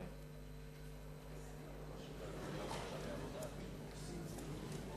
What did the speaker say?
חוק לתיקון פקודת מסי העירייה ומסי הממשלה (פטורין)